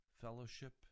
fellowship